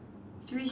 three socks